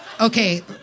Okay